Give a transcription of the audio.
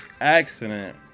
accident